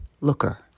looker